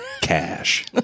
cash